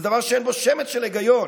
זה דבר שאין בו שמץ של היגיון.